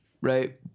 right